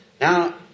Now